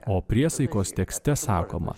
o priesaikos tekste sakoma